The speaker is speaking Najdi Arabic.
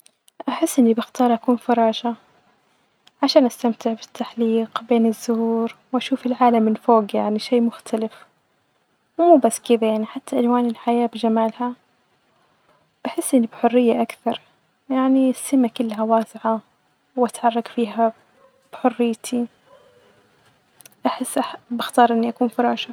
أحي إني بختار أكون فراشة عشان أستمتع بالتحليق بين الزهور وأشوف العالم من فوج يعني شئ مختلف، إي بس كده حتي ألوان الحياة بجمالها بحس إني بحرية أكثر يعني السما كلها واسعة، وأتحرك فيها بحريتي، بحس بختار أكون فراشة.